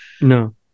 no